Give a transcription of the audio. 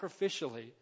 sacrificially